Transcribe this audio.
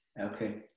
Okay